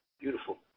Beautiful